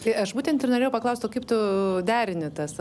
tai aš būtent ir norėjau paklaust o kaip tu derini tas